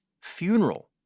funeral